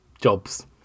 jobs